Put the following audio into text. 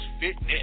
fitness